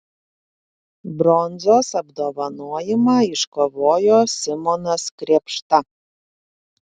bronzos apdovanojimą iškovojo simonas krėpšta